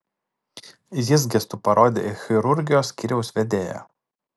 jis gestu parodė į chirurgijos skyriaus vedėją